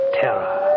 terror